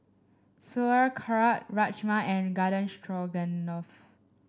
Sauerkraut Rajma and Garden Stroganoff